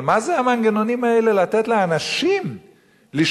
אבל מה זה המנגנונים האלה לתת לאנשים לשלוט